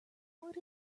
what